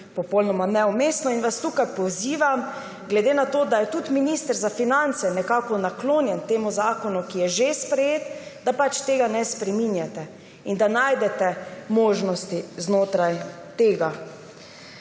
popolnoma neumestno. Tukaj vas pozivam, glede na to, da je tudi minister za finance nekako naklonjen temu zakonu, ki je že sprejet, da tega ne spreminjate in da najdete možnosti znotraj tega.